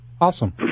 Awesome